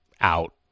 out